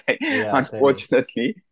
unfortunately